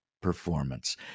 performance